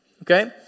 Okay